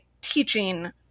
teaching